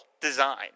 design